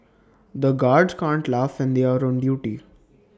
the guards can't laugh when they are on duty